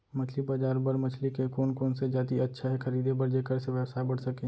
मछली बजार बर मछली के कोन कोन से जाति अच्छा हे खरीदे बर जेकर से व्यवसाय बढ़ सके?